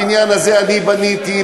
הבניין הזה אני בניתי,